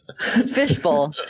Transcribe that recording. Fishbowl